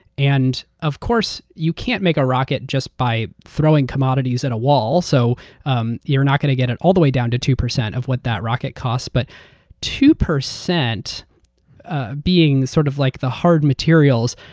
and of course, you can't make a rocket just by throwing commodities at a wall. so um you're not going to get it all the way down to two percent of what that rocket costs, but two percent ah being the sort of like the hard materials,